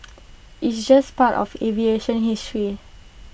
it's just part of aviation history